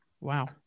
wow